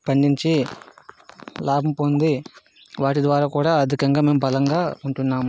పండించి లాభం పొంది వాటి ద్వారా కూడా ఆర్థికంగా మేము బలంగా ఉంటున్నాము